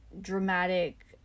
dramatic